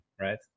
Right